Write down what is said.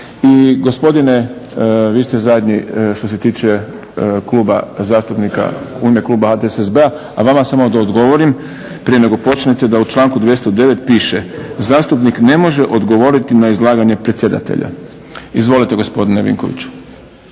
I gospodine vi ste zadnji što se tiče kluba zastupnika, u ime kluba HDSSB-a. A vama samo da odgovorim prije nego počnete da u članku 209. Piše: "Zastupnik ne može odgovoriti na izlaganje predsjedatelja." Izvolite gospodine Vinkoviću.